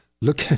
Look